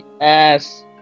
Yes